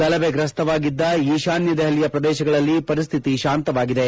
ಗಲಭೆಗ್ರಸ್ತವಾಗಿದ್ದ ಈಶಾನ್ಯ ದೆಹಲಿಯ ಪ್ರದೇಶಗಳಲ್ಲಿ ಪರಿಶ್ಠಿತಿ ಶಾಂತವಾಗಿದೆ